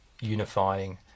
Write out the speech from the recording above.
unifying